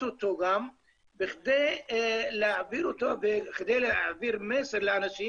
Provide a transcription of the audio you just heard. אותו בכדי להעביר אותו ובכדי להעביר מסר לאנשים